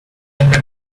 like